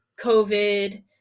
COVID